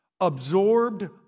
absorbed